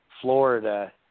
Florida